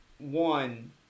One